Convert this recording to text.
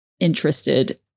interested